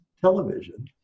television